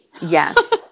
Yes